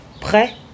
prêt